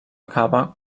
acaba